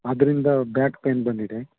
ಅದರಿಂದ back pain ಬಂದಿದೆ